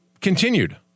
continued